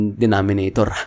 denominator